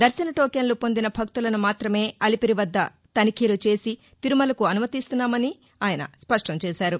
దర్భన టోకెన్ల పొందిన భక్తులను మాత్రమే అలిపిరి వద్ద తనిఖీలు చేసి తిరుమలకు అనుమతిస్తామని సింఘాల్ స్పష్టం చేశారు